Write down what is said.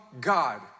God